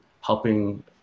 helping